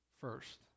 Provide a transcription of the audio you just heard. first